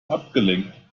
abgelenkt